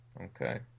Okay